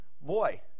boy